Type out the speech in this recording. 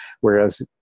Whereas